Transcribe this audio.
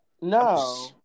no